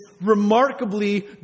remarkably